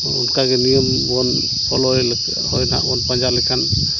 ᱚᱱᱠᱟᱜᱮ ᱱᱤᱭᱚᱢᱵᱚᱱ ᱯᱷᱳᱞᱳᱭ ᱦᱳᱭ ᱦᱟᱜᱵᱚᱱ ᱯᱟᱸᱡᱟ ᱞᱮᱠᱷᱟᱱ